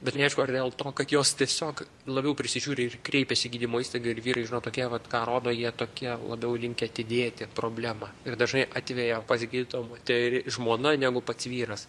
bet neaišku ar dėl to kad jos tiesiog labiau prisižiūri ir kreipias į gydymo įstaigą ir vyrai žinot tokie vat ką rodo jie tokie labiau linkę atidėti problemą ir dažnai atveja pas gydytoją moteri žmona negu pats vyras